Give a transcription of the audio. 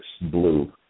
blue